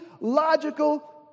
logical